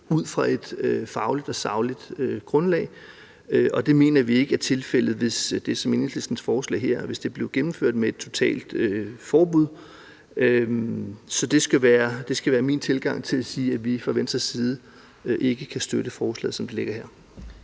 ud fra et fagligt og sagligt grundlag, og det mener vi ikke er tilfældet, hvis det, som Enhedslisten foreslår her, med et totalt forbud, bliver gennemført. Det skal være min tilgang til at sige, at vi fra Venstres side ikke kan støtte forslaget, som det ligger her.